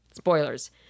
Spoilers